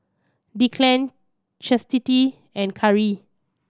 Declan Chastity and Khari